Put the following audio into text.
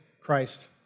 Christ